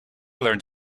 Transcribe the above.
learned